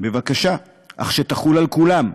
בבקשה, אך שתחול על כולם.